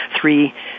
three